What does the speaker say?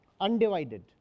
undivided